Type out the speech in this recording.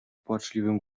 płaczliwym